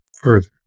further